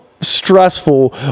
stressful